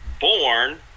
born